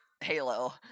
Halo